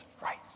right